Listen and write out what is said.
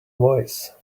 voice